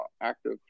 active